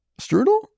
Strudel